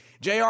Jr